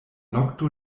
nokto